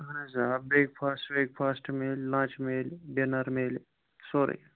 آہَن حظ آ برٛیک فاسٹ ویک فاسٹ میلہِ لَنچ میلہِ ڈِنَر میلہِ سورُے